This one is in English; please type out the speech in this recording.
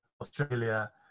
Australia